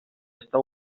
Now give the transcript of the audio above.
està